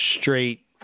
straight